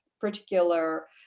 particular